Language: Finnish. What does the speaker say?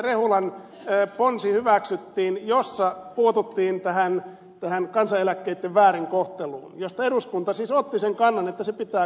rehulan ponsi jossa puututtiin tähän kansaneläkkeitten väärinkohteluun josta eduskunta siis otti sen kannan että se pitää korjata